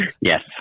yes